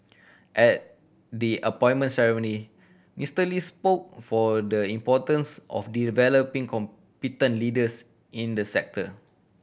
at the appointment ceremony Mister Lee spoke for the importance of developing competent leaders in the sector